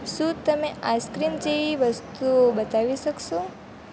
શું તમે આઈસક્રીમ્સ જેવી વસ્તુઓ બતાવી શકશો